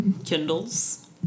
Kindles